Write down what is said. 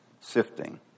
sifting